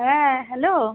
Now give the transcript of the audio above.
হ্যাঁ হ্যালো